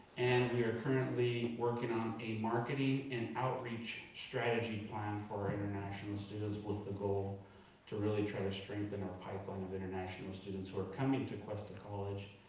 and we are currently working on a marketing and outreach strategy plan for our international students with the goal to really try to strengthen our pipeline of international students who are coming to cuesta college.